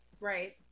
Right